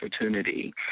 opportunity